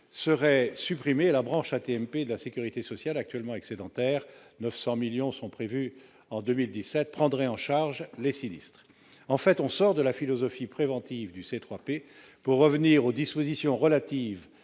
serait supprimée, et la branche AT-MP de la sécurité sociale, excédentaire de 900 millions d'euros en 2017, prendrait en charge les sinistres. En fait, on sort de la philosophie préventive du C3P pour revenir aux dispositions relatives